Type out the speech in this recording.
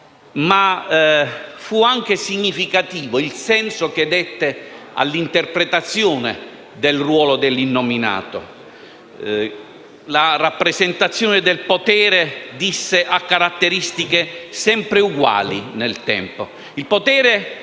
Fu anche significativo il senso che diede all'interpretazione del ruolo dell'innominato. Egli disse cioè che la rappresentazione del potere aveva caratteristiche sempre uguali nel tempo: